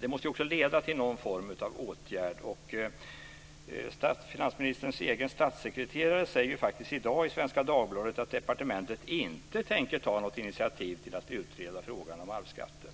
det måste också leda till någon form av åtgärd. Finansministerns egen statssekreterare säger faktiskt i dag i Svenska Dagbladet att departementet inte tänker ta något initiativ till att utreda frågan om arvsskatten.